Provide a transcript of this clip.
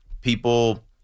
people